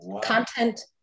content